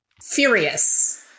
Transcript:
Furious